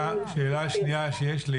השאלה שנייה שיש לי